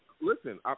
Listen